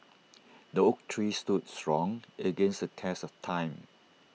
the oak tree stood strong against the test of time